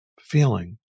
feeling